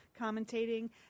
commentating